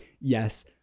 yes